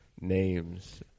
names